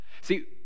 See